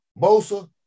Bosa